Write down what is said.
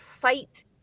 fight